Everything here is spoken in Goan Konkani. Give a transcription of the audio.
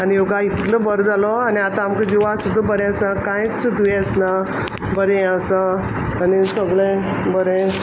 आनी योगा इतलो बोर जालो आनी आतां आमकां जिवा सुद्द बरें आसा कांयच दुयेंस ना बरें यें आसा आनी सगलें बरें